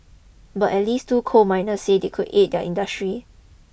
but at least two coal miners say it could aid industry